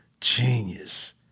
genius